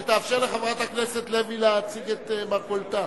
שתאפשר לחברת הכנסת לוי להציג את מרכולתה.